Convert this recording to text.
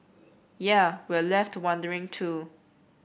yea we're left wondering too